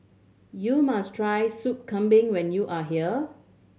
you must try Soup Kambing when you are here